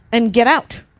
and get out.